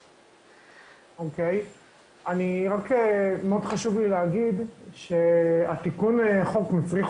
מאוד חשוב לי להגיד שתיקון החוק מצריך